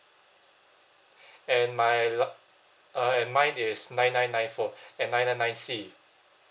and my la~ uh and mine is nine nine nine four eh nine nine nine C